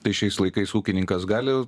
tai šiais laikais ūkininkas gali